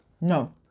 no